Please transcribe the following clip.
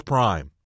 Prime